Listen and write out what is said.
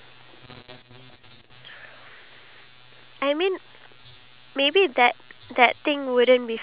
you know you have to give back to the society and the government I'm sure he's doing everything h~ he can